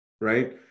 right